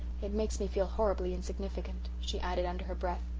it makes me feel horribly insignificant, she added under her breath.